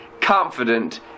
confident